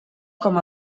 com